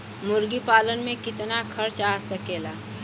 मुर्गी पालन में कितना खर्च आ सकेला?